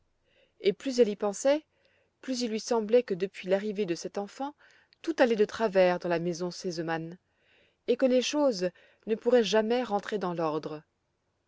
et plus elle y pensait plus il lui semblait que depuis l'arrivée de cette enfant tout allait de travers dans la maison sesemann et que les choses ne pourraient jamais rentrer dans l'ordre